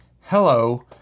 hello